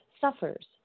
suffers